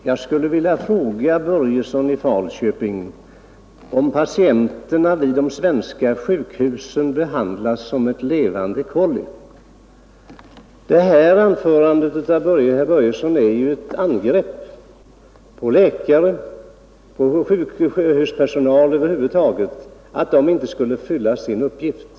Nr 56 Herr talman! Jag skulle vilja fråga herr Börjesson i Falköping om Onsdagen den patienterna på de svenska sjukhusen behandlas som levande kollin. Det 12 april 1972 här anförandet av herr Börjesson är ju ett angrepp på läkare och på ———— sjukhuspersonal över huvud taget, att de inte skulle fylla sin uppgift.